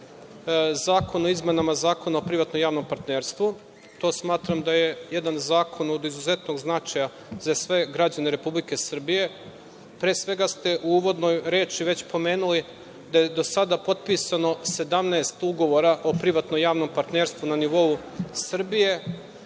Zakon o izmenama Zakona o privatnom i javnom partnerstvu. To smatram da je jedan zakon od izuzetnog značaja za sve građane Republike Srbije. Pre svega ste u uvodnoj reči već pomenuli da je do sada potpisano 17 ugovora o privatno-javnom partnerstvu na nivou Srbije,